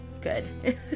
good